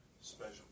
special